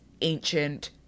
ancient